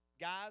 guys